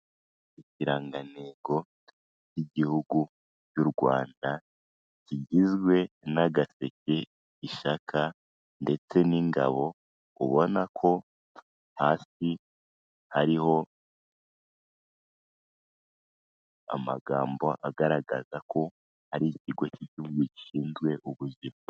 Ikirangantego ry'Igihugu cy'u Rwanda kigizwe n'agaseke, ishaka ndetse n'ingabo. Ubona ko hasi hariho amagambo agaragaza ko ari ikigo cy'Igihugu gishinzwe ubuzima.